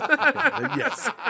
yes